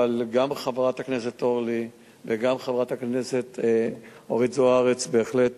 אבל גם חברת הכנסת אורלי וגם חברת הכנסת אורית זוארץ בהחלט